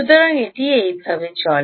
সুতরাং এটি এভাবে চলে